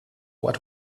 what